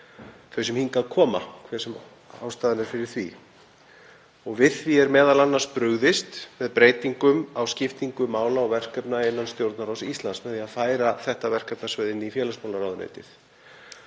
þau sem hingað koma, hver sem ástæðan er fyrir því. Við því er m.a. brugðist með breytingum á skiptingu mála og verkefna innan Stjórnarráðs Íslands, með því að færa þetta verkefnasvið inn í félagsmálaráðuneytið.